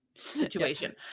situation